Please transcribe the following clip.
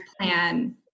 plan